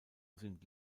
sind